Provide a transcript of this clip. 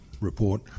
report